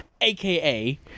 aka